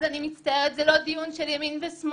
אז אני מצטערת, זה לא דיון של ימין ושמאל,